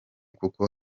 kuko